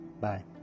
Bye